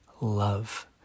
love